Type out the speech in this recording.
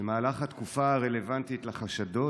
"במהלך התקופה הרלוונטית לחשדות,